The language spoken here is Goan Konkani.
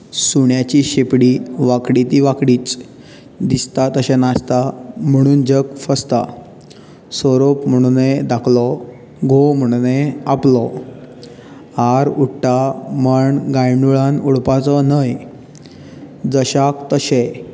सुण्याची शेंपडी वांकडी ती वांकडीच दिसता तशें नासता म्हणून जग फसता सोरोप म्हणूनये दाखलो घोव म्हणूनये आपलो आर उडटा म्हण गांयदोळान उडपाचो न्हय जशाक तशें